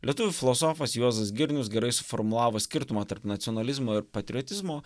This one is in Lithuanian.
lietuvių filosofas juozas girnius gerai suformulavo skirtumą tarp nacionalizmo ir patriotizmo